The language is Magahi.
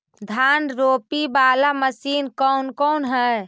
धान रोपी बाला मशिन कौन कौन है?